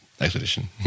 expedition